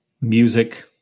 music